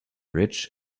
rich